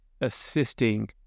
assisting